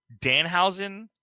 Danhausen